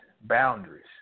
boundaries